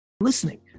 listening